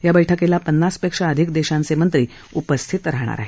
या बैठकीला पन्नासपेक्षा अधिक देशांचे मंत्री उपस्थित राहणार आहेत